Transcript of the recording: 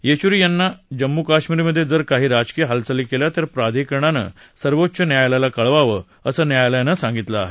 येचुरी यांनी जम्मू काश्मीरमध्ये जर काही राजकीय हालचाली केल्या तर प्राधिकरणानं सर्वोच्च न्यायालयाला कळवावं असं न्यायालयानं सांगितलं आहे